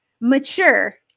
mature